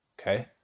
Okay